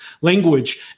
language